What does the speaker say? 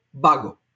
bago